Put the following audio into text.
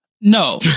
No